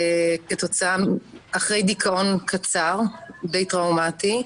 אחרי דיכאון קצר, די טראומטי.